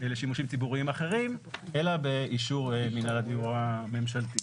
לשימושים ציבוריים אחרים אלא באישור מנהל הדיור הממשלתי.